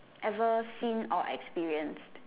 ever seen or experience